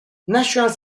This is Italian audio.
national